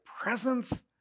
presence